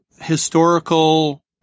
historical